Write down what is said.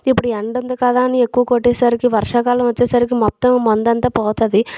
ఇప్పుడు ఎండ ఉంది కదా అని ఎక్కువ కొట్టేసరికి వర్షాకాలం వచ్చేసరికి మొత్తం మందంతా పోతుంది